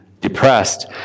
depressed